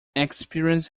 experience